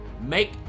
make